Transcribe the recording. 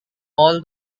all